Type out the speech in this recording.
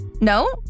No